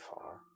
far